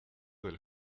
del